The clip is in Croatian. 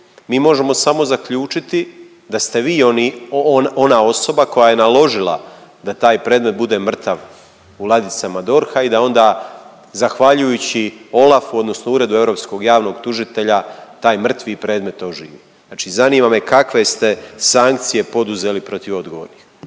mi možemo samo zaključiti da ste vi ona osoba koja je naložila da taj predmet bude mrtav u ladicama DORH-a i da onda zahvaljujući OLAF-u, odnosno Uredu europskog javnog tužitelja, taj mrtvi predmet oživi? Znači zanima me kakve ste sankcije poduzeli protiv odgovornih?